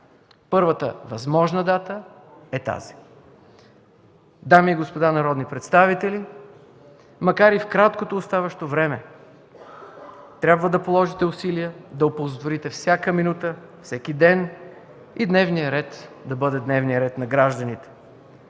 първата възможно дата е тази. Дами и господа народни представители, макар и в краткото оставащо време, трябва да положите усилия да оползотворите всяка минута, всеки ден и дневният ред да бъде дневния ред на гражданите.